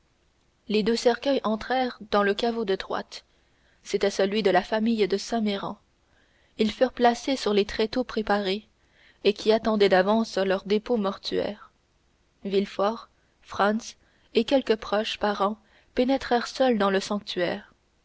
les deux cercueils entrèrent dans le caveau de droite c'était celui de la famille de saint méran ils furent placés sur les tréteaux préparés et qui attendaient d'avance leur dépôt mortuaire villefort franz et quelques proches parents pénétrèrent seuls dans le sanctuaire